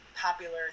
popular